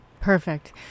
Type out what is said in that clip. perfect